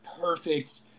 perfect